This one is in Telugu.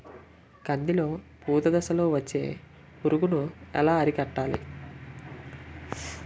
కందిలో పూత దశలో వచ్చే పురుగును ఎలా అరికట్టాలి?